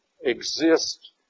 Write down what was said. exist